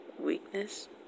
Weakness